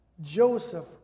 Joseph